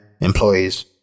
employees